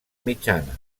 mitjana